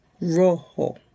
Rojo